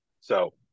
So-